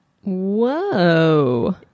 Whoa